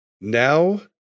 now